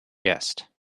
guest